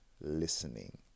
listening